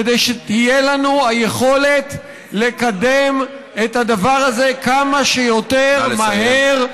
כדי שתהיה לנו היכולת לקדם את הדבר כמה שיותר מהר.